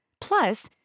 Plus